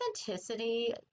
authenticity